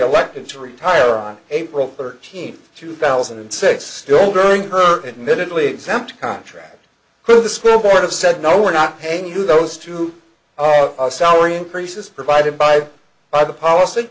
elected to retire on april thirteenth two thousand and six still during her admittedly exempt contract who the school board of said no we're not paying you those two salary increases provided by other policy